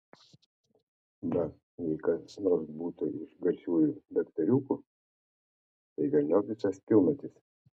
va jei kas nors būtų iš garsiųjų daktariukų tai velniop visas pilnatis